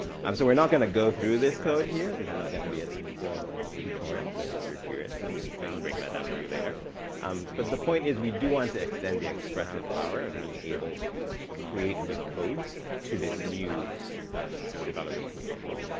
um so we're not going to go through this code here. this is not going to be a tensorflow tutorial, but if you're curious, i can i can break that down for you later of um but the point is we do want to extent the expressive power of being able to create with code to this new um developer community.